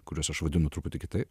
kuriuos aš vadinu truputį kitaip